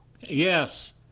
yes